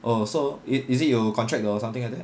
oh so it is it you contract or something like that